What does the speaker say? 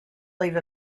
leave